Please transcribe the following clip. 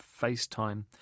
FaceTime